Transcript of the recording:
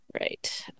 right